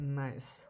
nice